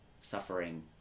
suffering